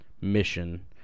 mission